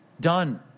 done